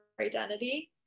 identity